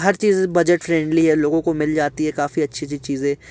हर चीज budget friendly है लोगों को मिल जाती है काफ़ी अच्छी अच्छी चीज़ें